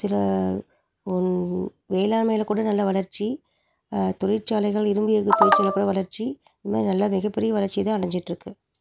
சில ஒன் வேளாண்மையில் கூட நல்ல வளர்ச்சி தொழிற்சாலைகள் இரும்பு எக்கு தொழிற்சாலைகளை கூட வளர்ச்சி நல்லா மிகப்பெரிய வளர்ச்சியை தான் அடைஞ்சிட்டுருக்கு